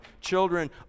Children